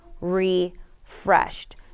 refreshed